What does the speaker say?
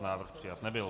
Návrh přijat nebyl.